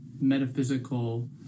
metaphysical